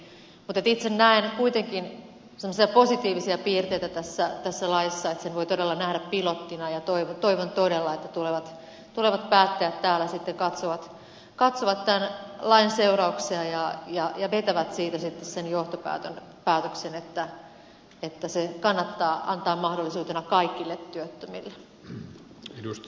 itse näen kuitenkin semmoisia positiivisia piirteitä tässä laissa että sen voi todella nähdä pilottina ja toivon todella että tulevat päättäjät täällä sitten katsovat tämän lain seurauksia ja vetävät niistä sitten sen johtopäätöksen että se kannattaa antaa mahdollisuutena kaikille työttömille